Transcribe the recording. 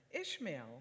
Ishmael